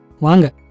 Wanga